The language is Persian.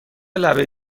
لبه